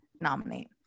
nominate